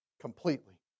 Completely